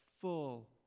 full